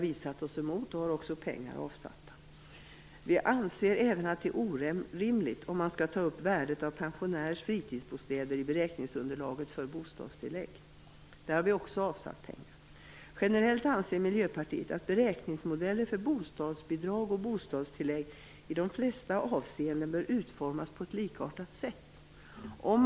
Detta har vi motsatt oss. Vi anser även att det är orimligt att värdet av pensionärers fritidsbostäder skall ingå i beräkningsunderlaget för bostadstillägg. Generellt anser Miljöpartiet att beräkningsmodeller för bostadsbidrag och bostadstillägg i de flesta avseenden bör utformas på ett likartat sätt.